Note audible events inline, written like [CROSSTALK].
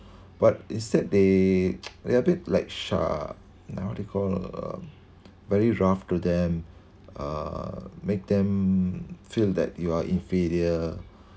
but instead they [NOISE] they are a bit like are uh now they call um very rough to them uh make them feel that you are inferior